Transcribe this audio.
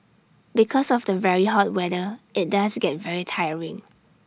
because of the very hot weather IT does get very tiring